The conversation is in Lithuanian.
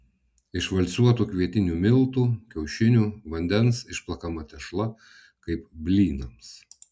iš valcuotų kvietinių miltų kiaušinių vandens išplakama tešla kaip blynams